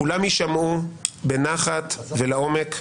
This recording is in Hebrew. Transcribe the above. כולם יישמעו בנחת ולעומק,